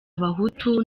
abahutu